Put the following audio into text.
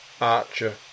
Archer